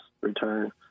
return